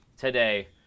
today